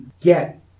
get